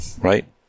right